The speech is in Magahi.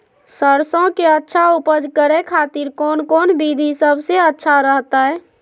सरसों के अच्छा उपज करे खातिर कौन कौन विधि सबसे अच्छा रहतय?